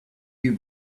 you